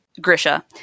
Grisha